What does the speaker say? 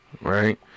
Right